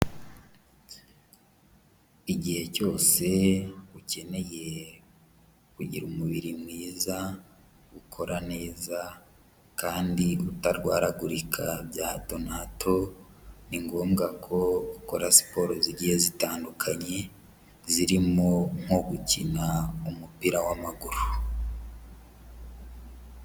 Igihe cyose ukeneye kugira umubiri mwiza ukora neza kandi utarwaragurika bya hato na hato, ni ngombwa ko ukora siporo zigiye zitandukanye, zirimo nko gukina umupira w'amaguru.